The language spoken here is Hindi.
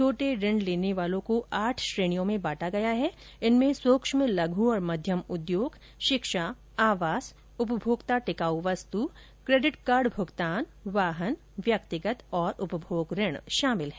छोटे ऋण लेने वालों को आठ श्रेणियों में बांटा गया है इनमें सूक्ष्म लघु और मध्यम उद्योग शिक्षा आवास उपभोक्ता टिकाऊ वस्तु क्रेडिट कार्ड भुगतान वाहन वैयक्तिक और उपभोग ऋण शामिल हैं